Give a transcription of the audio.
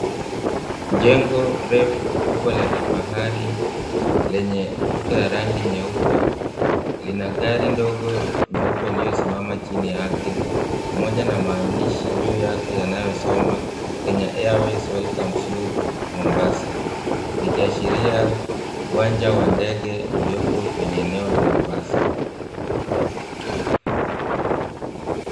Jengo refu, kubwa la kifahari lenye ukuta ya rangi nyeupe, lina gari ndogo nyeupe iliyosimama chini yake, pamoja na maandishi juu yake yanayosoma, Kenya Airways Welcomes You to Mombasa. Likiashiria uwanja wa ndege ulioko kwenye eneo la Mombasa.